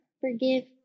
forgive